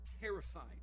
terrified